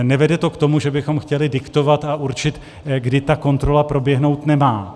Nevede to k tomu, že bychom chtěli diktovat a určit, kdy ta kontrola proběhnout nemá.